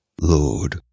Lord